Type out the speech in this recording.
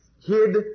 hid